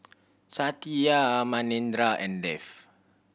Satya Manindra and Dev